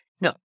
No